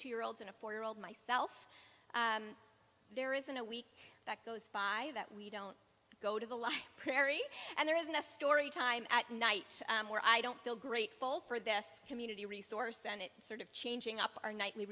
two year olds and a four year old myself there isn't a week that goes by that we don't go to the la prairie and there isn't a story time at night where i don't feel grateful for this community resource and it sort of changing up our nightly